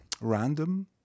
random